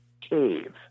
cave